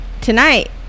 Tonight